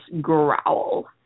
growl